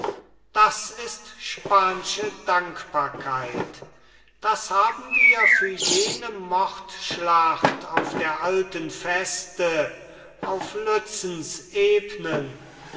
das ist spansche dankbarkeit das haben wir für jene mordschlacht auf der alten feste auf lützens ebnen